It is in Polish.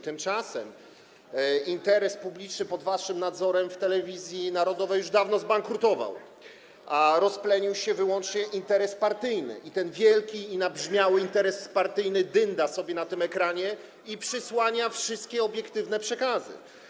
Tymczasem interes publiczny pod waszym nadzorem w telewizji narodowej już dawno zbankrutował, a rozplenił się wyłącznie interes partyjny i ten wielki i nabrzmiały interes partyjny dynda sobie na tym ekranie i przysłania wszystkie obiektywne przekazy.